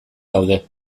daude